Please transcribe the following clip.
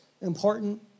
important